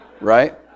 Right